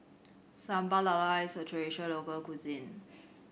Sambal Lala is a traditional local cuisine